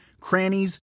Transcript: crannies